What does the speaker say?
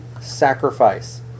sacrifice